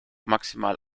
maximal